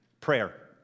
prayer